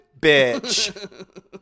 Bitch